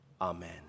amen